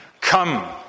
Come